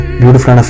beautiful